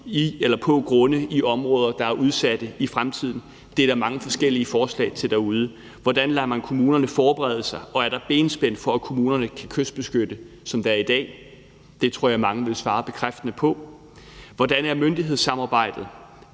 man så på grunde i områder, der er udsatte i fremtiden? Det er der mange forskellige forslag til derude. Hvordan lader man kommunerne forberede sig, og er der benspænd for, at kommunerne kan kystbeskytte, som det er i dag? Det tror jeg mange vil svare bekræftende på. Hvordan er myndighedssamarbejdet?